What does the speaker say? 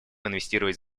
инвестировать